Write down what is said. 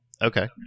Okay